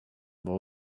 what